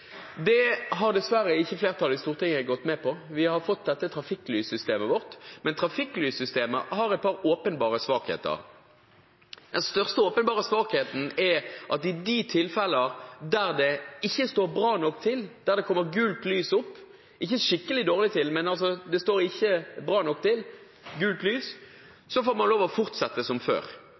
Det har dessverre ikke flertallet i Stortinget gått med på. Vi har fått dette trafikklyssystemet vårt, men trafikklyssystemet har et par åpenbare svakheter. Den største åpenbare svakheten er at i de tilfellene der det ikke står bra nok til, der det lyser gult – ikke skikkelig dårlig, men det står ikke bra nok til – får man lov til å fortsette som før.